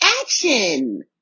action